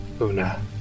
Una